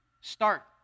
start